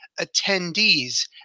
attendees